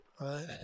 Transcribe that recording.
Right